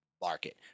market